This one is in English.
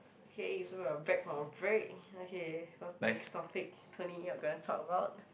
K so we are back from a very okay cause next topic twenty we are going to talk about